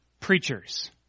Preachers